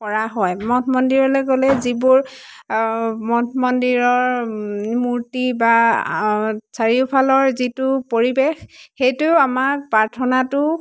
কৰা হয় মঠ মন্দিৰলৈ গ'লে যিবোৰ মঠ মন্দিৰৰ মূৰ্তি বা চাৰিওফালৰ যিটো পৰিৱেশ সেইটোৱেও আমাক প্ৰাৰ্থনাটো